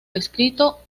escrito